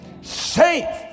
safe